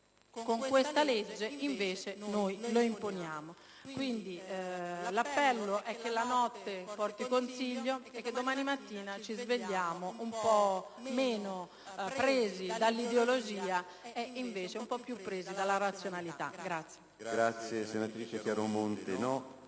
con questa legge, invece, noi lo imponiamo. Quindi, l'appello è che la notte porti consiglio e che domattina ci svegliamo un po' meno presi dalla ideologia e un po' più presi dalla razionalità.